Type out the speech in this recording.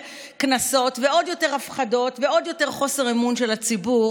קנסות ועוד יותר הפחדות ועוד יותר חוסר אמון של הציבור